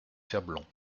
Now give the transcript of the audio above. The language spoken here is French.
sablons